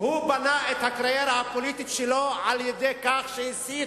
הוא בנה את הקריירה הפוליטית שלו על כך שהסית